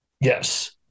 Yes